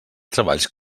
treballs